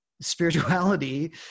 spirituality